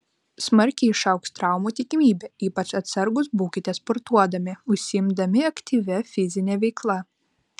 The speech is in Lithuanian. smarkiai išaugs traumų tikimybė ypač atsargūs būkite sportuodami užsiimdami aktyvia fizine veikla